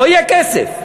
לא יהיה כסף.